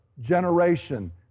generation